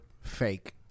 fake